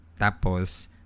Tapos